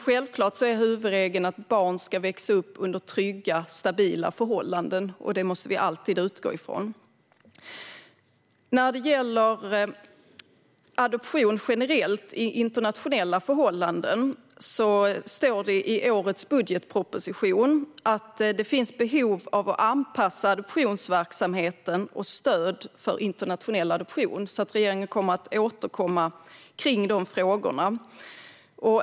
Självklart är dock huvudregeln att barn ska växa upp under trygga och stabila förhållanden, och det måste vi alltid utgå ifrån. När det gäller adoption generellt i internationella förhållanden står det i årets budgetproposition att det finns behov av att anpassa adoptionsverksamheten och stödet för internationell adoption. Regeringen kommer alltså att återkomma i de frågorna.